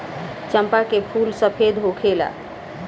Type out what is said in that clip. चंपा के फूल सफेद होखेला